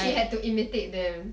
she had to imitate them